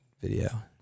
video